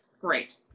Great